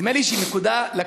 נדמה לי שהיא נקודה לכנסת,